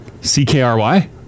C-K-R-Y